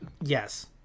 Yes